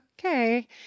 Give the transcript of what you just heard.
okay